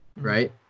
right